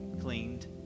cleaned